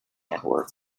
network